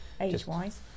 age-wise